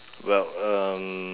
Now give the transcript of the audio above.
well um